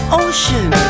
ocean